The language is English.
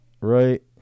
Right